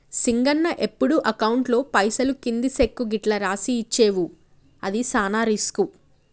సింగన్న ఎప్పుడు అకౌంట్లో పైసలు కింది సెక్కు గిట్లు రాసి ఇచ్చేవు అది సాన రిస్కు